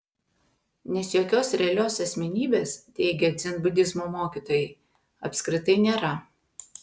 nes jokios realios asmenybės teigia dzenbudizmo mokytojai apskritai nėra